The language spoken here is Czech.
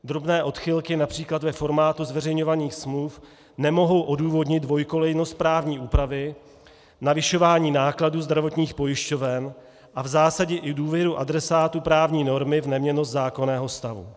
Drobné odchylky například ve formátu zveřejňovaných smluv nemohou odůvodnit dvoukolejnost právní úpravy, navyšování nákladů zdravotních pojišťoven a v zásadě i důvěru adresátů právní normy v neměnnost zákonného stavu.